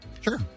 Sure